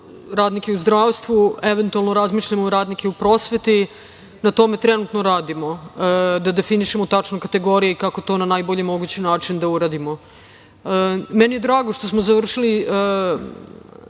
radnike u zdravstvu i eventualno razmišljamo i na radnike u prosveti. Na tome trenutno radimo, da definišemo tačno kategorije i kako to na najbolji mogući način da uradimo. Meni je drago što smo završili